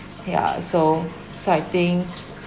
ya so so I think